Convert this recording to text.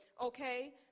okay